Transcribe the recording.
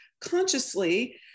consciously